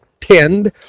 tend